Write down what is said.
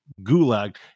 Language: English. gulag